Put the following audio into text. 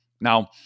Now